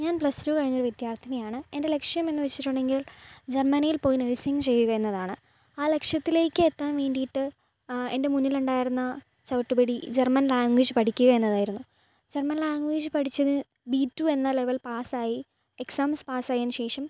ഞാൻ plus two കഴിഞ്ഞൊരു വിദ്യാർഥിനിയാണ് എൻ്റെ ലക്ഷ്യം എന്ന് വെച്ചിട്ടുണ്ടെങ്കിൽ ജർമ്മനിയിൽ പോയി നേഴ്സിങ് ചെയ്യുക എന്നതാണ് ആ ലക്ഷ്യത്തിലെക്കെത്താൻ വേണ്ടീട്ട് എൻ്റെ മുന്നിലുണ്ടായിരുന്ന ചവിട്ടുപടി ജർമ്മൻ ലാംഗ്വേജ് പഠിക്കുക എന്നതായിരുന്നു ജർമ്മൻ ലാംഗ്വേജ് പഠിച്ചത് ബീ ടു എന്ന ലെവൽ പാസ്സായി എക്സാംസ് പാസ്സായതിന് ശേഷം